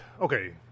okay